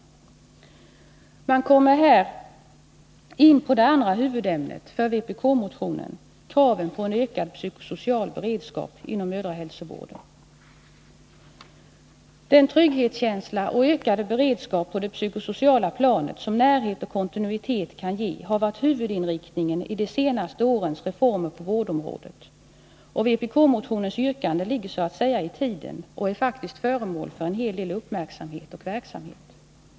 Man kommer här in på det andra huvudämnet för vpk-motionen: kraven på en ökad psykosocial beredskap inom mödrahälsovården. Den trygghetskänsla och den ökade beredskap på det psykosociala planet som närhet och kontinuitet kan ge har varit huvudinriktningen i de senaste årens reformer på vårdområdet. Vpk-motionens yrkanden ligger så att säga i tiden och är faktiskt föremål för en hel del uppmärksamhet och verksamhet.